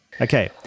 Okay